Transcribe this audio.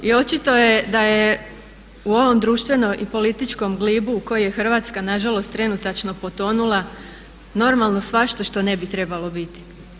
I očito je da je u ovom društvenom i političkom glibu u koji je Hrvatska nažalost trenutačno potonula normalno svašta što ne bi trebalo biti.